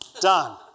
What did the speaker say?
Done